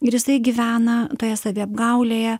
ir jisai gyvena toje saviapgaulėje